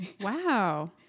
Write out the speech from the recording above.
Wow